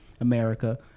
America